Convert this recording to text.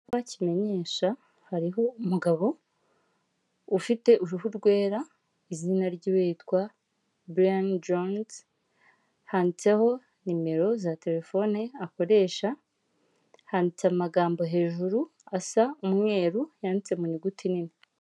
Icyapa kimenyesha hariho umugabo ufite uruhu rwera, izina ry'uwitwa Brain Jones, handitseho nimero za telefone akoresha, handitse amagambo hejuru asa umweru yanditse mu nyuguti nini.